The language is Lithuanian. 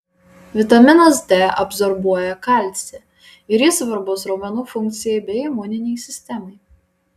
vitaminas d absorbuoja kalcį ir jis svarbus raumenų funkcijai bei imuninei sistemai